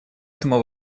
этому